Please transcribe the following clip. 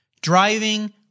driving